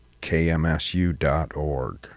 kmsu.org